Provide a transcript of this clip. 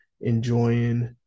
enjoying